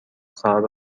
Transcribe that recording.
سبب